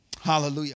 Hallelujah